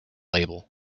label